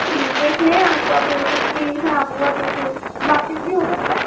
دیکھ لیں آپ اگر کچھ بھی خراب ہُوا تو پھر واپس بھی ہو سکتا ہے